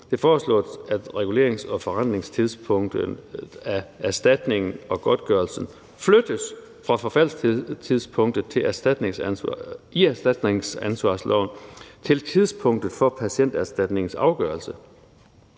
Det foreslås, at regulerings- og forrentningstidspunktet af erstatning og godtgørelse flyttes fra forfaldstidspunktet i erstatningsansvarsloven til tidspunktet for Patienterstatningens afgørelse.